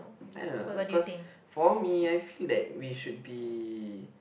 I don't know cause for me I feel that we should be